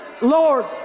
Lord